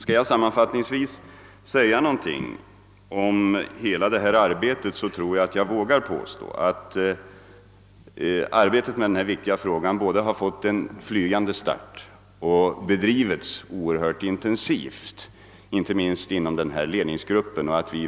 Om jag sammanfattningsvis skall säga något om hela detta arbete, så vågar jag påstå att arbetet med denna viktiga fråga har fått en flygande start och bedrivits oerhört intensivt, inte minst inom ledningsgruppen.